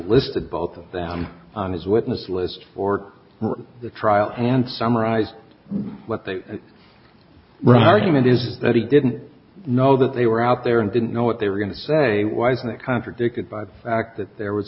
listed both of them on his witness list or the trial and summarized what they we're argument is that he didn't know that they were out there and didn't know what they were going to say was that contradicted by the fact that there was